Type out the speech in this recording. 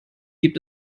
gibt